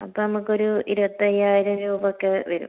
അപ്പം നമുക്ക് ഒരു ഇരുപത്തി അയ്യായിരം രൂപയൊക്കെ വരും